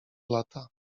lata